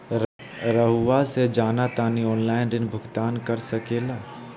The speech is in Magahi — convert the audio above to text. रहुआ से जाना तानी ऑनलाइन ऋण भुगतान कर सके ला?